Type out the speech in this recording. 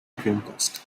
dreamcast